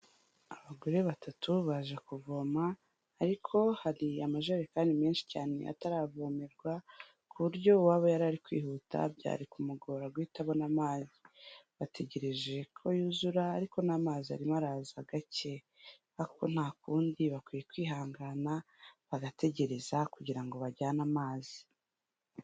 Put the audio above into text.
Abagore batatu baje kuvoma, ariko hari amajerekani menshi cyane ataravomerwa, ku buryo uwaba yarari kwihuta byari kumugora guhita abona amazi, bategereje ko yuzura, ariko n'amazi arimo araza gake, ariko nta kundi bakwiye kwihangana bagategereza kugira ngo bajyane amazi.